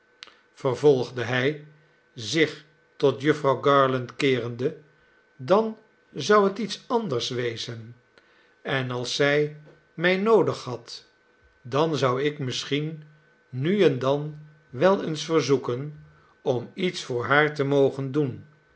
vervolgde hij zich tot jufvrouw garland keerende dan zou het iets anders wezen en als zij mij noodig had dan zou ik misschien nu en dan wel eens verzoeken om iets voor haar te mogen doen